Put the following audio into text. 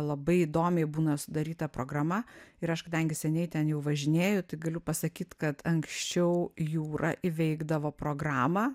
labai įdomiai būna sudaryta programa ir aš kadangi seniai ten jau važinėju tik galiu pasakyt kad anksčiau jūra įveikdavo programą